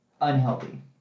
unhealthy